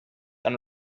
and